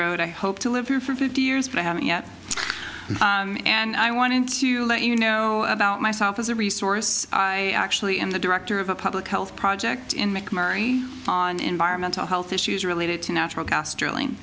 road i hope to live here for fifty years but i haven't yet and i wanted to let you know about myself as a resource i actually am the director of a public health project in mcmurtrie on environmental health issues related to natural gas drilling